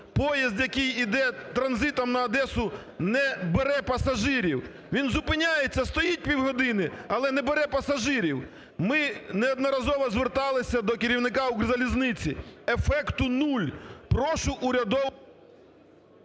поїзд, який іде транзитом на Одесу, не бере пасажирів, він зупиняється, стоїть півгодини, але не бере пасажирів. Ми неодноразово зверталися до керівника "Укрзалізниці", ефекту нуль. Прошу…